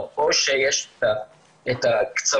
או שיש את הקצוות,